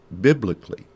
biblically